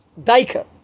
daika